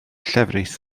llefrith